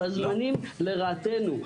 והזמנים לרעתנו.